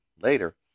later